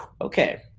okay